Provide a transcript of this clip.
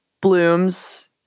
Blooms